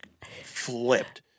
flipped